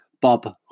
Bob